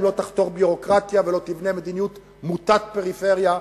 אם לא תחתוך ביורוקרטיה ולא תבנה מדיניות מוטת פריפריה,